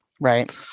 Right